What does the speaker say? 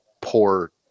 poor